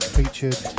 featured